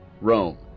Rome